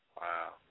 Wow